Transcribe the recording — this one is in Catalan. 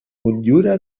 motllura